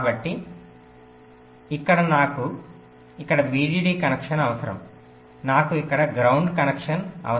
కాబట్టి ఇక్కడ నాకు ఇక్కడ VDD కనెక్షన్ అవసరం నాకు ఇక్కడ గ్రౌండ్ కనెక్షన్ అవసరం